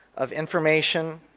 of information,